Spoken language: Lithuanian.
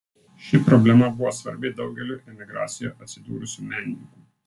ši problema buvo svarbi daugeliui emigracijoje atsidūrusių menininkų